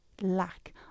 lack